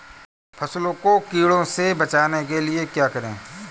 फसल को कीड़ों से बचाने के लिए क्या करें?